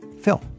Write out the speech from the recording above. Phil